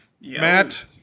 Matt